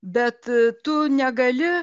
bet tu negali